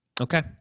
Okay